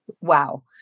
Wow